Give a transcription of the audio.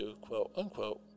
quote-unquote